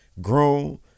grown